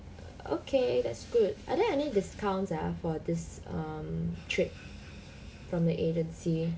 okay that's good are there any discounts ah for this um trip from the agency